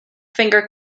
finger